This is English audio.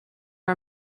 are